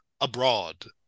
abroad